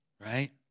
right